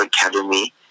academy